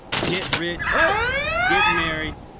get rich, so get married,